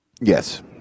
Yes